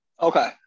Okay